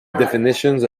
definitions